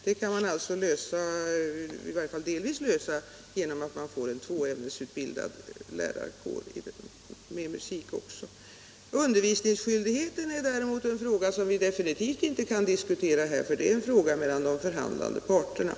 Det problemet kan alltså åtminstone delvis lösas genom att vi får en tvåämnesutbildad lärarkår även i musik. Undervisningsskyldigheten är däremot en fråga som vi definitivt inte kan diskutera här, utan det är en sak mellan de förhandlande parterna.